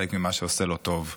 חלק ממה שעושה לו טוב.